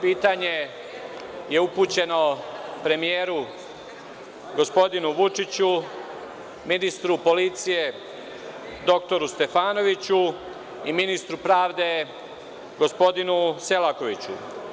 Pitanje je upućeno premijeru gospodinu Vučiću, ministru policije, dr Stefanoviću i ministru pravde, gospodinu Selakoviću.